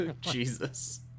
jesus